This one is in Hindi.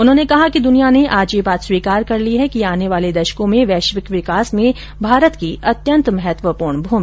उन्होंने कहा कि दुनिया ने आज यह बात स्वीकार कर ली है कि आने वाले दशकों में वैश्विक विकास में भारत की अत्यंत महत्वपूर्ण भूमिका होगी